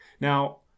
Now